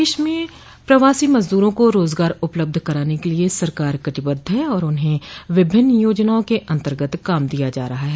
प्रदेश में प्रवासी मजदूरों को रोजगार उपलब्ध कराने के लिये सरकार कटिबद्ध है और उन्हें विभिन्न योजनाओं के अन्तर्गत काम दिया जा रहा है